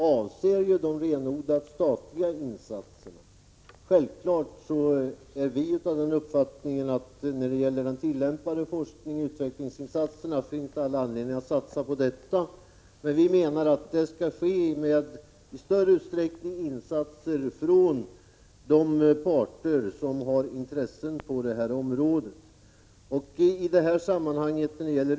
Herr talman! Förskjutningen av tyngdpunkten mot ökad grundforskning 26 maj 1987 avser de renodlat statliga insatserna. Självfallet har vi socialdemokrater den uppfattningen att det finns all anledning att satsa på tillämpad forskning och utveckling, men det skall ske i större utsträckning med insatser från de parter som har intressen på detta område.